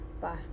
Bye